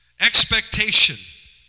Expectation